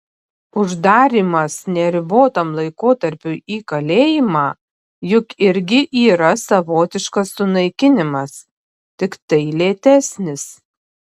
uždarymas neribotam laikotarpiui į kalėjimą juk irgi yra savotiškas sunaikinimas tiktai lėtesnis